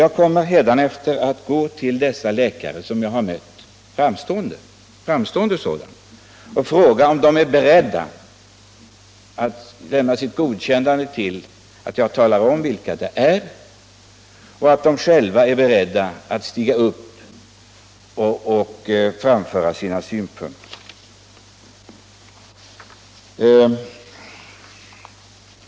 Jag kommer hädanefter att gå till dessa läkare som jag mött — också framstående sådana — och fråga om de är beredda att lämna sitt godkännande till att jag talar om vilka de är och om de själva är beredda att stiga upp och framföra sina synpunkter.